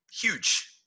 Huge